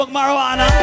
Marijuana